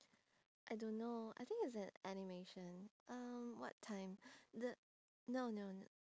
I don't know I think it's an animation uh what time the no no